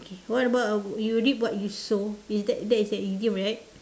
K what about uh you reap what you sow is that that's a idiom right